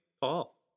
Paul